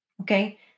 Okay